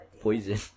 Poison